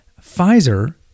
Pfizer